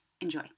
Enjoy